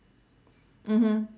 mmhmm